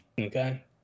Okay